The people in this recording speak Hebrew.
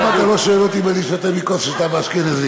למה אתה לא שואל אותי אם אני שותה מכוס ששתה ממנה אשכנזי?